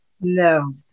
No